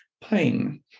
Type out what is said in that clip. Pain